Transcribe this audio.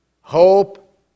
hope